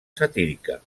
satírica